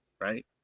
right